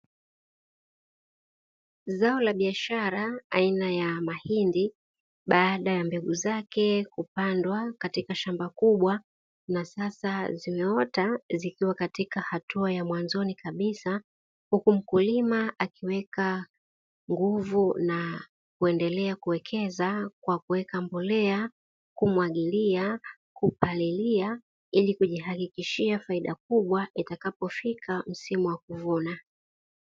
Zao la biashara aina ya mahindi baada ya mbegu zake kupandwa katika shamba kubwa na sasa zimeota zikiwa katika hatua ya mwanzoni kabisa huku mkulima akiweka nguvu na kuendelea kuwekeza kwa kuweka mbolea, kumwagilia, kupalilia ili kujihakikishia faida kubwa itakapofika msimu wa kuvuna.